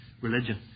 religion